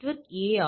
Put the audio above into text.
07 ஆகும்